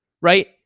right